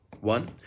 One